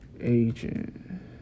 Agent